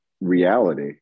reality